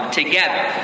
together